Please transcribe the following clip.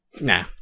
Nah